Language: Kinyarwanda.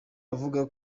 avuga